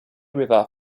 river